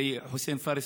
וחסין פארס,